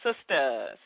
Sisters